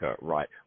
right